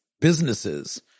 businesses